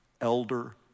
elder